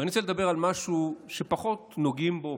ואני רוצה לדבר על משהו שפחות נוגעים בו,